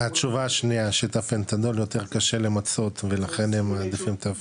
והתשובה השנייה שאת הפנטנול יותר קשה למצות ולכן הם מעדיפים.